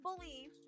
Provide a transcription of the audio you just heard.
believe